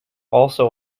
also